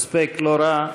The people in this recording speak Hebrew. הספק לא רע.